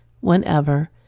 whenever